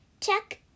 Check